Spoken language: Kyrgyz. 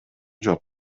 жок